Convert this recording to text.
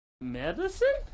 medicine